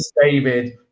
david